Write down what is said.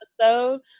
episode